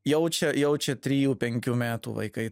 jaučia jaučia trijų penkių metų vaikai